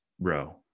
row